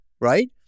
Right